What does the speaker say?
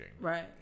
Right